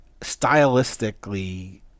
stylistically